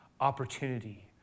opportunity